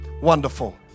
Wonderful